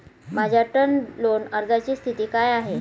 माझ्या term loan अर्जाची स्थिती काय आहे?